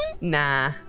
Nah